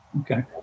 Okay